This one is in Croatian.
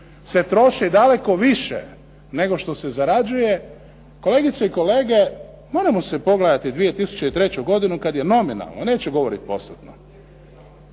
se troši daleko više nego što se zarađuje, kolegice i kolege, moramo pogledati 2003. godinu kad je nominalno, neću govorit postotno,